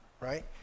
right